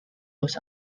was